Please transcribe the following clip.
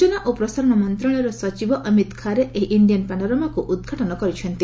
ସୂଚନା ଓ ପ୍ରସାରଣ ମନ୍ତ୍ରଣାଳୟ ସଚିବ ଅମିତ୍ ଖାରେ ଏହି ଇଣ୍ଡିଆନ୍ ପାନୋରମାକୁ ଉଦ୍ଘାଟନ କରିଛନ୍ତି